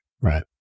right